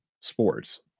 sports